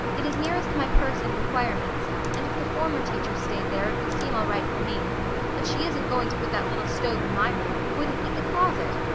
it is nearest my purse and requirements and if the former teacher stayed there, it will seem all right for me but she isn't going to put that little stove in my room. it wouldn't heat the closet.